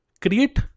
create